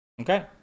Okay